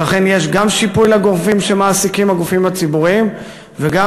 שאכן יש גם שיפוי לגופים הציבוריים שמעסיקים וגם